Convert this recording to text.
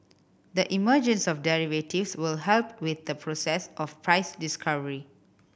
the emergence of derivatives will help with the process of price discovery